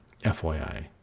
FYI